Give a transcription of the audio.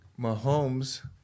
Mahomes